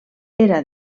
era